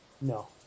No